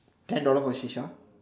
ten dollar for Shisha